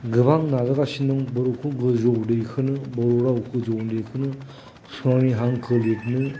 गोबां नाजागासिनो दं बर'खौ गोजौआव दैखोनो बर' रावखौ गोजौआव दैखोनो सनानि हांखो लिरनो